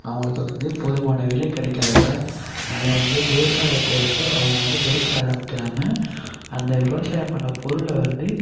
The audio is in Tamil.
அவங்களுக்கு வந்து போதுமான விலை கிடைக்காதப்ப அதை வந்து விவசாயத்தை வந்து அவங்க வந்து வெறுக்க ஆரம்பிக்கிறாங்க அந்த விவசாயம் பண்ண பொருளை வந்து